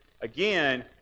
again